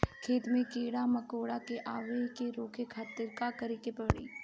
खेत मे कीड़ा मकोरा के आवे से रोके खातिर का करे के पड़ी?